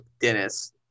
Dennis